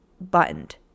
buttoned